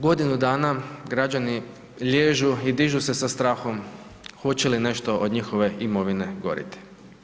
Godinu dana građani liježu i dižu se sa strahom hoće li nešto od njihove imovine gorjeti.